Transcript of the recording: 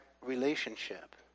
relationship